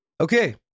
Okay